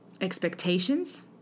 Expectations